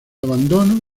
abandono